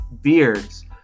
beards